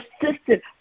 persistent